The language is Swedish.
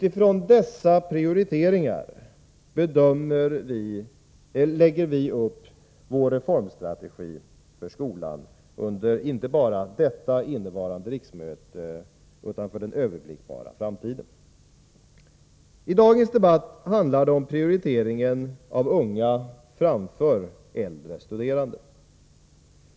Ifrån dessa prioriteringar lägger vi upp vår reformstrategi för skolan inte bara under det innevarande riksmötet utan för den övergripbara framtiden. I dagens debatt handlar det om prioriteringen av unga framför äldre studerande.